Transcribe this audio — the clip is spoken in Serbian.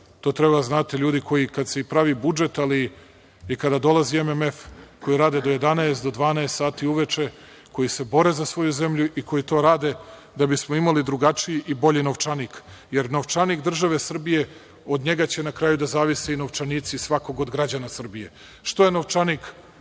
to treba da znate, ljudi koji kad se i pravi budžet, ali i kada dolazi MMF, koji rade do 11, do 12 sati uveče, koji se bore za svoju zemlju i koji to rade da bismo imali drugačiji i bolji novčanik, jer novčanik države Srbije, od njega će na kraju da zavise i novčanici svakog od građana Srbije. Što je novčanik